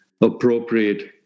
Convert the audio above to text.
appropriate